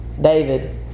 David